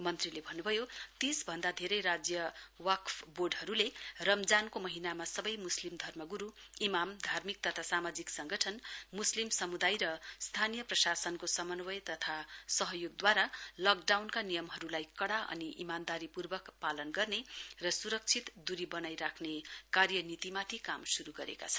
मन्त्रीले भन्नुभयो तीस भन्दा धेरै राज्य वक्फ बोर्डहरूले रमजानको महीनामा सबै मुस्लिम धर्म गुरु इमाम धार्मिक तथा सामाजिक संगठन मुस्लिम समुदाय र स्थानीय प्रशासनको समन्वय तथा सहयोगद्वारा लकडाउनका नियमहरूलाई कडा अनि इमानदारीपूर्वक पालन गर्ने र सुरक्षित दूरी बनाइराख्ने कार्यनीतिमाथि काम शुरु गरेका छ